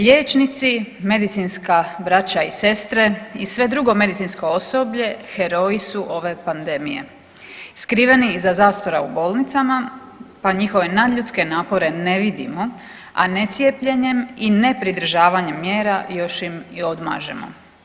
Liječnici, medicinska braća i sestre i sve drugo medicinsko osoblje heroji su ove pandemije, skriveni iza zastora u bolnicama pa njihove nadljudske napore ne vidimo, a ne cijepljenjem i ne pridržavanjem mjera još im i odmažemo.